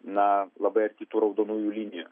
na labai arti tų raudonųjų linijų